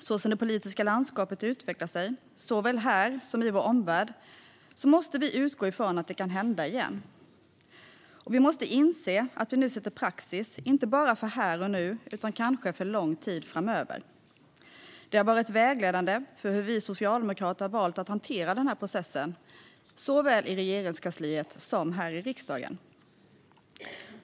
Så som det politiska landskapet utvecklar sig, här såväl som i vår omvärld, måste vi utgå ifrån att det kan hända igen, och vi måste inse att vi nu sätter praxis inte bara för här och nu utan kanske för lång tid framöver. Detta har varit vägledande för hur vi socialdemokrater har valt att hantera processen, såväl i Regeringskansliet som här i riksdagen.